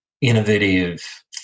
innovative